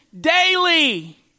Daily